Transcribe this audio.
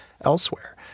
elsewhere